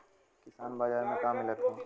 किसान बाजार मे का मिलत हव?